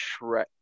Shrek